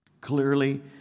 clearly